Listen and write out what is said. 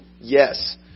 yes